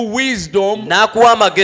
wisdom